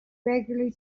regularly